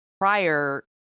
prior